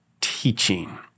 teaching